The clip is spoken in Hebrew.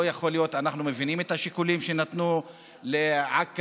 אנחנו מבינים את השיקולים, שנתנו לעכא